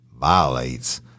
violates